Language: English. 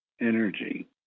energy